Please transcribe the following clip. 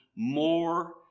more